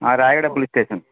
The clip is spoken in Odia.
ହଁ ରାୟଗଡ଼ା ପୋଲିସ୍ ଷ୍ଟେସନ୍